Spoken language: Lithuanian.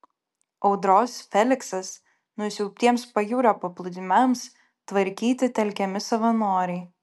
audros feliksas nusiaubtiems pajūrio paplūdimiams tvarkyti telkiami savanoriai